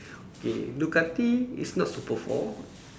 okay Ducati is not super four